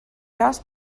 cas